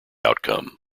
outcome